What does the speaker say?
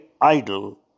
idol